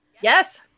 Yes